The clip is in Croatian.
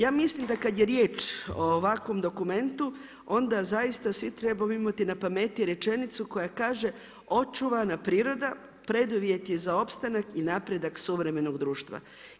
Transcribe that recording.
Ja mislim da kad je riječ o ovakvom dokumentu, onda zaista svi trebamo imati na pameti rečenicu koja kaže očuvana priroda preduvjet je za opstanak i napredak suvremenog društva.